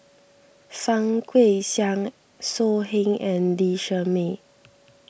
Fang Guixiang So Heng and Lee Shermay